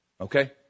okay